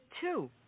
two